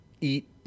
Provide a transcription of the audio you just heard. eat